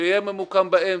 שיהיה ממוקם באמצע,